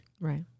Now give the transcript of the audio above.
Right